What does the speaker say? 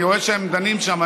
אני רואה שהם דנים שם,